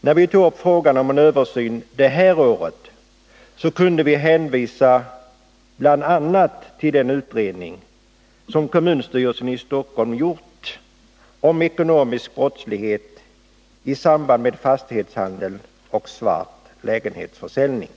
När vi tog upp frågan om en översyn det här året kunde vi hänvisa bl.a. till. Nr 33 den utredning som kommunstyrelsen i Stockholm gjort om ekonomisk Måndagen den brottslighet i samband med fastighetshandel och svart lägenhetsförsäljning.